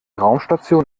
raumstation